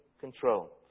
control